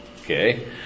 Okay